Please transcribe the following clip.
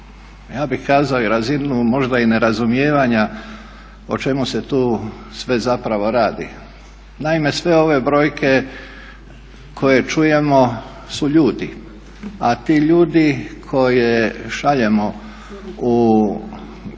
ja bih kazao razinu možda i nerazumijevanja o čemu se tu sve zapravo radi. Naime, sve ove brojke koje čujemo su ljudi, a ti ljudi koje šaljemo u mirovne